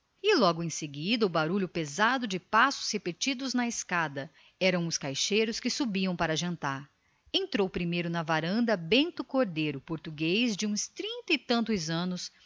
e logo em seguida o som pesado de passos repetidos na escada eram os caixeiros que subiam para jantar entrou primeiro na varanda o bento cordeiro português dos seus trinta e tantos anos